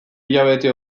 hilabete